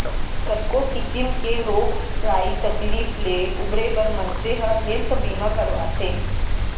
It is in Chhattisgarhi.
कतको किसिम के रोग राई तकलीफ ले उबरे बर मनसे ह हेल्थ बीमा करवाथे